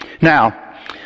Now